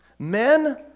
Men